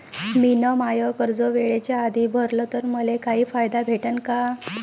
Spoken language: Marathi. मिन माय कर्ज वेळेच्या आधी भरल तर मले काही फायदा भेटन का?